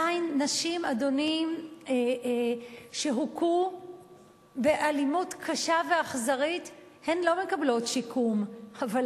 נשים שהוכו באלימות קשה ואכזרית לא מקבלות שיקום עדיין,